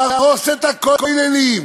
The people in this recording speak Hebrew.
להרוס את הכוללים,